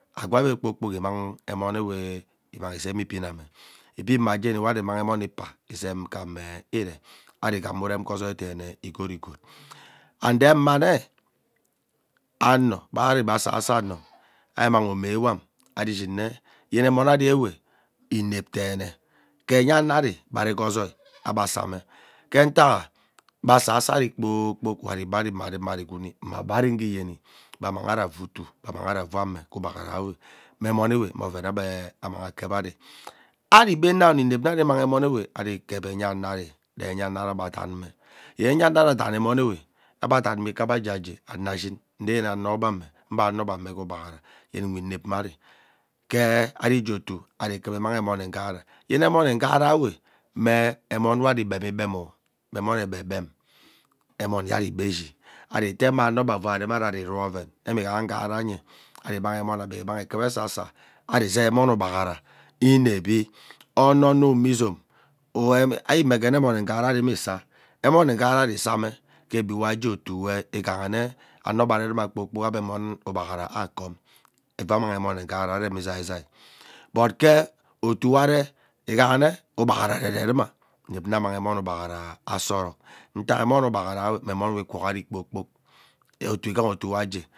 Eswee ebe kpoo kpok immang emonwe ezeeme ibiname. Ibin mma Jeni we ari immang emone ikpa izeem ghame eree ari igham ghee urem ghezoi deene igorigot and indemmane ano be ari be asaso amo ari immang omee ewan ari ishin nwe yene emon ari ewee inep teme ke enyano ari be aree gozoi ebe asame ke ntakha be asaso ari kpoo kpok we ari ebe ari imara igwuni mma gbe ari ngeyeni agbe mang ari avuu utum agbe mang ari avanne ke ugbaghara me emonewe mme oven we ebe amanhi akep ari. Ari ebe now inep nna ari imang emonewe ari ikep enya ano ari ree enya ano ari danme yen enya ano ari adanni emonwe ebe danme ikaa ebe ajejee ano ashin eneye anobeme ebe anobe amme ke ugbghara yen nnwe inep mmari kee ari jee otu ari kura immang enon nghara yene emone ngharawe mmee enonwe ari igbem igbem oh me emone egbem egbem emon yaribe ishi ari tee mme ano be avum, avaa rem ari iruoven emme ighaha nghara nye ari immang ebe kuva esasa ari zei emmon ugbaghara inevi ono ono mme izom uwem imegene emon nghara ari me isaa, emone nghara ari same ke egbiwe ajee otuwe ighane ano be arerume kpoo kpok ebe ugbaghara akom evee annang emone nghara arem izaizai but kee otu we are ighane ugbaghara arereruma inep nna amang emon ugbaghara saa orok ntak emon ugbaghara we mme emmo we ikwuk ari kpoo kpok. Otuo ighaha otuo wee ajee